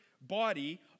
body